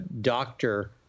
doctor